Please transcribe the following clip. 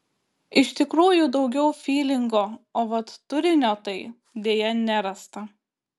iš tikrųjų daugiau fylingo o vat turinio tai deja nerasta